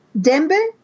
Dembe